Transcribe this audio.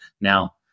Now